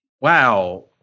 wow